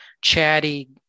chatty